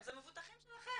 זה מבוטחים שלכם.